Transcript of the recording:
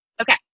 Okay